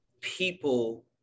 people